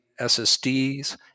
ssds